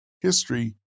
history